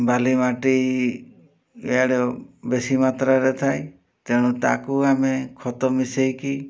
ବାଲି ମାଟି ଇଆଡ଼େ ବେଶୀ ମାତ୍ରାରେ ଥାଏ ତେଣୁ ତାକୁ ଆମେ ଖତ ମିଶେଇକି